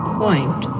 point